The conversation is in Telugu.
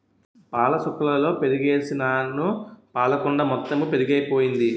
పాలసుక్కలలో పెరుగుసుకేసినాను పాలకుండ మొత్తెము పెరుగైపోయింది